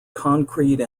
concrete